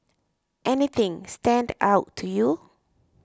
anything stand out to you